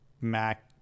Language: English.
Mac